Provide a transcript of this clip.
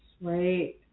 right